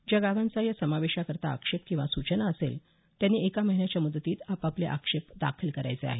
ज्या गावांचा या समावेशा करता आक्षेप किंवा सूचना असेल त्यांनी एका महिन्याच्या मुदतीत आपले आक्षेप दाखल करायचे आहेत